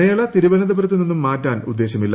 മേള തിരുവനന്തപുരത്ത് നിന്ന് മാറ്റാൻ ഉദ്ദേശമില്ല